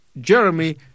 Jeremy